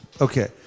okay